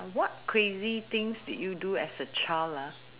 what crazy things did you do as a child ah